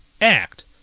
Act